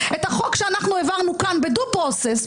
את החוק שאנחנו העברנו כאן ב-due process,